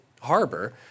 harbor